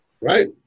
right